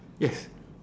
yes